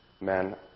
men